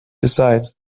besides